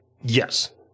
yes